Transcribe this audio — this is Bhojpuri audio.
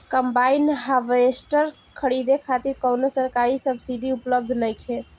कंबाइन हार्वेस्टर खरीदे खातिर कउनो सरकारी सब्सीडी उपलब्ध नइखे?